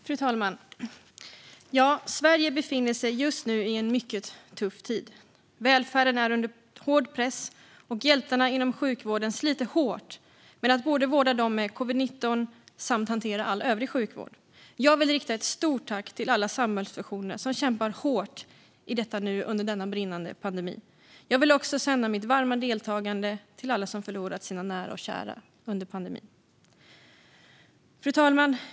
Fru talman! Sverige befinner sig just nu i en mycket tuff tid. Välfärden är under hård press, och hjältarna inom sjukvården sliter hårt med att både vårda dem med covid-19 och hantera all övrig sjukvård. Jag vill rikta ett stort tack till alla samhällsfunktioner som nu kämpar hårt i denna brinnande pandemi. Jag vill också sända mitt varma deltagande till alla som förlorat nära och kära under pandemin. Fru talman!